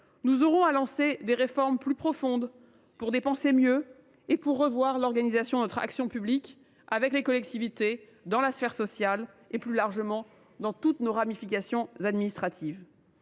toutefois lancer des réformes structurelles pour dépenser mieux et revoir l’organisation de notre action publique, avec les collectivités, dans la sphère sociale et, plus largement, dans toutes nos ramifications administratives.